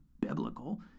biblical